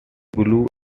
blue